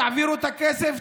תעבירו את הכסף,